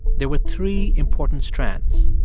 there were three important strands.